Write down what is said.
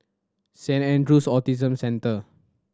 Saint Andrew's Autism Centre